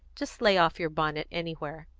just lay off your bonnet anywhere.